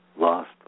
lost